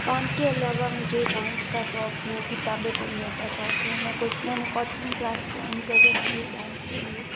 काम के अलावा मुझे डांस का शौक है किताबें पढ़ने का शौक है मैं मैंने कोचिंग क्लास ज्वाइन कर रखी है डांस के लिए